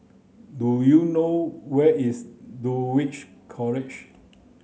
do you know where is Dulwich College